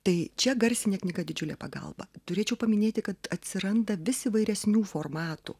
tai čia garsinė knyga didžiulė pagalba turėčiau paminėti kad atsiranda vis įvairesnių formatų